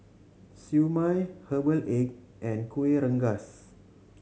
Siew Mai herbal egg and Kuih Rengas